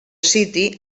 city